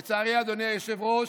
לצערי, אדוני היושב-ראש,